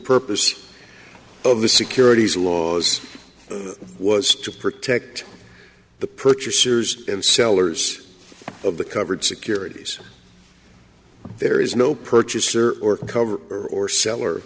purpose of the securities laws was to protect the purchasers and sellers of the covered securities there is no purchaser or cover or seller